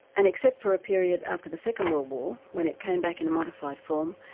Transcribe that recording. and except for a period after the second world war when it came back in modified form,